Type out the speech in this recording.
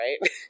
right